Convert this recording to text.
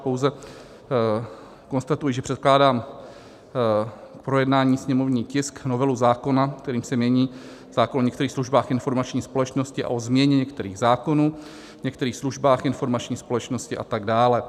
Pouze konstatuji, že předkládám k projednání sněmovní tisk, novelu zákona, kterým se mění zákon o některých službách informační společnosti a o změně některých zákonů, některých službách informační společnosti a tak dále.